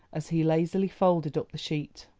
as he lazily folded up the sheet.